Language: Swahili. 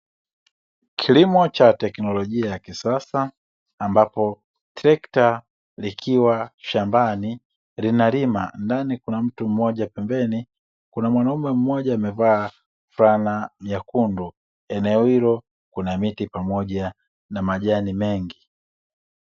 Kilimo cha teknolojia ya kisasa ambapo trekta likiwa shambani linalima. Ndani kuna mtu mmoja, pembeni kuna mwanaume mmoja amevaa fulana nyekundu. Eneo hilo kuna miti pamoja na majani mengi.